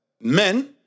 men